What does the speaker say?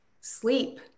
sleep